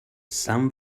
san